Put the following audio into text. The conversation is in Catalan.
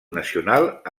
nacional